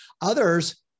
Others